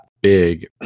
big